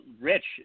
Rich